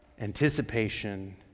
anticipation